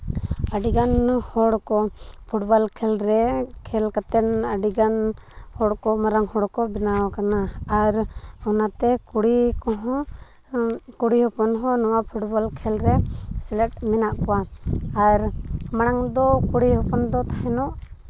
ᱟᱹᱰᱤᱜᱟᱱ ᱦᱚᱲ ᱠᱚ ᱯᱷᱩᱴᱵᱚᱞ ᱠᱷᱮᱞ ᱨᱮ ᱠᱷᱮᱞ ᱠᱟᱛᱮ ᱟᱹᱰᱤᱜᱟᱱ ᱦᱚᱲᱠᱚ ᱢᱟᱨᱟᱝ ᱦᱚᱲ ᱠᱚ ᱵᱮᱱᱟᱣ ᱠᱟᱱᱟ ᱟᱨ ᱚᱱᱟᱛᱮ ᱠᱩᱲᱤ ᱠᱚᱦᱚᱸ ᱠᱩᱲᱤ ᱦᱚᱯᱚᱱ ᱦᱚᱸ ᱱᱚᱣᱟ ᱯᱷᱩᱴᱵᱚᱞ ᱠᱷᱮᱞ ᱨᱮ ᱥᱮᱞᱮᱫ ᱢᱮᱱᱟᱜ ᱠᱚᱣᱟ ᱟᱨ ᱢᱟᱲᱟᱝ ᱫᱚ ᱠᱩᱲᱤ ᱦᱚᱯᱚᱱ ᱫᱚ ᱛᱟᱦᱮᱱᱚᱜ